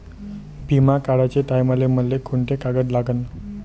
बिमा काढाचे टायमाले मले कोंते कागद लागन?